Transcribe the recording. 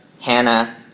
Hannah